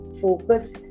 focus